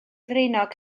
ddraenog